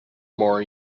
more